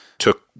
took